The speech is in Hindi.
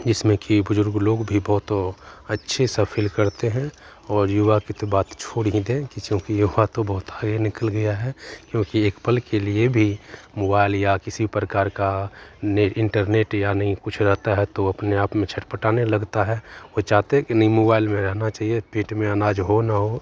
जिसमें कि बुज़ुर्ग लोग भी बहुत अच्छे सा फील करते हैं और युवा की बात तो छोड़ ही दें क्योंकि युवा तो बहुत आगे निकल गया है क्योंकि एक पल के लिए भी मोबाइल या किसी प्रकार का नेट इन्टरनेट या नहीं कुछ रहता है तो अपने आप में छटपटाने लगता है वह चाहते हैं कि नहीं मोबाइल मेरा रहना चाहिए पेट में अनाज हो न हो